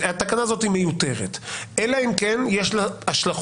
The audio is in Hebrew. התקנה הזו מיותרת, אלא אם כן יש לה השלכות.